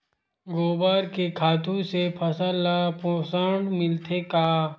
गोबर के खातु से फसल ल पोषण मिलथे का?